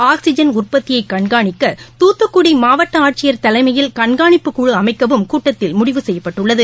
oxygen உற்பத்தியை கண்காணிக்க தூத்துக்குடி மாவட்ட ஆட்சியர் தலைமையில் கண்காணிப்புக் குழு அமைக்கவும் கூட்டத்தில் முடிவு செய்யப்பட்டுள்ளது